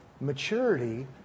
maturity